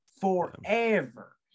forever